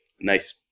nice